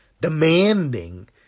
demanding